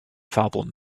problem